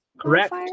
Correct